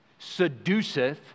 seduceth